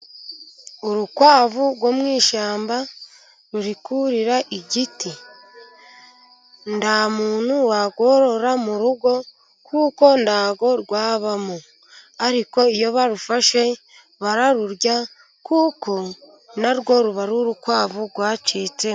Urukwavu rwo mu ishyamba rurikurira igiti . Nta muntu warworora mu rugo kuko ndabwo rwabamo. Ariko iyo barufashe bararurya kuko na rwo ruba ari urukwavu rwacitse.